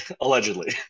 allegedly